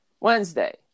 Wednesday